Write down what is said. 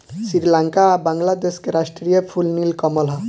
श्रीलंका आ बांग्लादेश के राष्ट्रीय फूल नील कमल ह